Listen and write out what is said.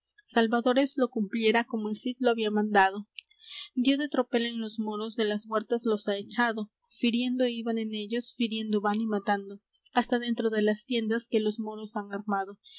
esforzado salvadores lo cumpliera como el cid lo había mandado dió de tropel en los moros de las huertas los ha echado firiendo iban en ellos firiendo van y matando hasta dentro de las tiendas que los moros han armado